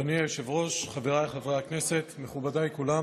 אדוני היושב-ראש, חבריי חברי הכנסת, מכובדיי כולם,